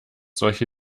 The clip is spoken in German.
solche